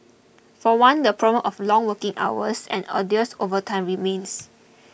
for one the problem of long working hours and arduous overtime remains